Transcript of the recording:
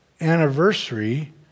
anniversary